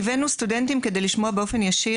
הבאנו סטודנטים על מנת לשמוע באופן ישיר